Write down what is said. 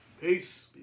peace